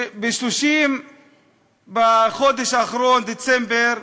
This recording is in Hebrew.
ב-30 בחודש האחרון, דצמבר,